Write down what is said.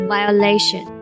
Violation